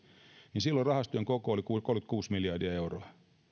ja jolloin rahastojen koko oli kolmekymmentäkuusi miljardia euroa niin